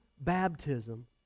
baptism